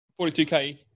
42K